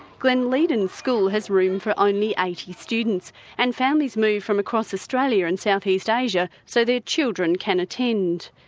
glenleighden school has room for only eighty students and families move from across australia and south east asia so their children can attend.